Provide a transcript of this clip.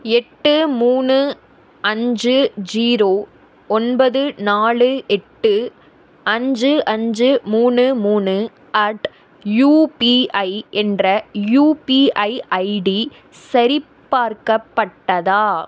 எட்டு மூணு அஞ்சு ஜீரோ ஒன்பது நாலு எட்டு அஞ்சு அஞ்சு மூணு மூணு அட் யுபிஐ என்ற யுபிஐ ஐடி சரிபார்க்கப்பட்டதா